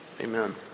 Amen